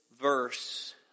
verse